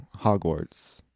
hogwarts